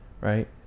right